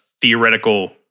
theoretical